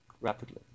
rapidly